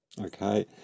Okay